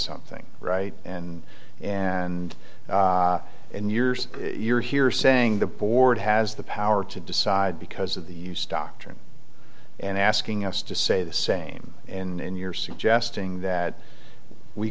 something right and and in years you're here saying the board has the power to decide because of the use doctrine and asking us to say the same in your suggesting that we